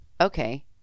Okay